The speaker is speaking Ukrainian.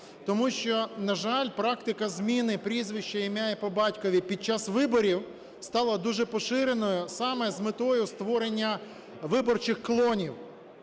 Тому що, на жаль, практика зміни прізвища, ім'я і по батькові під час виборів стала дуже поширеною саме з метою створення виборчих клонів.